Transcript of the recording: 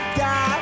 die